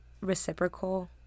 reciprocal